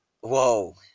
whoa